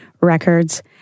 records